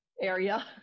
area